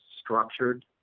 structured